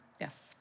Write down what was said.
Yes